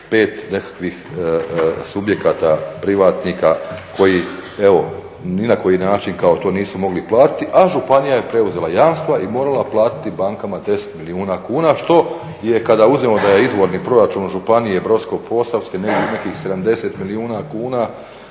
nekakvih subjekata privatnika koji ni na koji način nisu mogli platiti, a županija je preuzela jamstva i morala platiti bankama 10 milijuna kuna što je kada uzmemo da je izvorni proračun županije Brodsko-posavske nekih 70 milijuna kuna